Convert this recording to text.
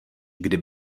kdy